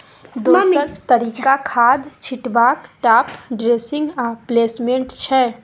दोसर तरीका खाद छीटबाक टाँप ड्रेसिंग आ प्लेसमेंट छै